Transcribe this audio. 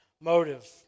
motive